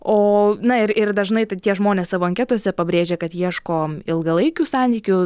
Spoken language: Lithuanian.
o na ir ir dažnai tai tie žmonės savo anketose pabrėžia kad ieško ilgalaikių santykių